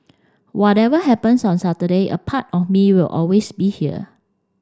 whatever happens on Saturday a part of me will always be here